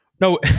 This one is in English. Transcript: No